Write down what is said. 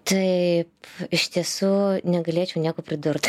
taip iš tiesų negalėčiau nieko pridurt